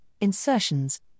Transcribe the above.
insertions